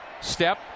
Step